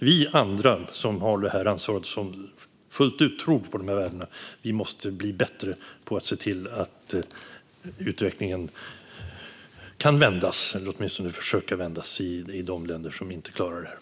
Vi andra, som har detta ansvar och som fullt ut tror på de här värdena, måste bli bättre på att - åtminstone försöka - se till att utvecklingen kan vändas i de länder som inte klarar det här. Det tycker jag.